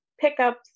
pickups